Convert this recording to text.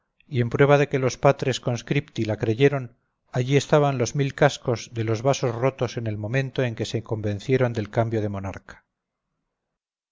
y en prueba de que los patres conscripti la creyeron allí estaban los milcascos de los vasos rotos en el momento en que se convencieron del cambio de monarca